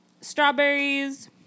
strawberries